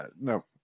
No